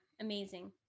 amazing